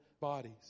bodies